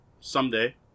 Someday